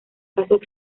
casos